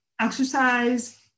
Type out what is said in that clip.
exercise